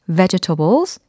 vegetables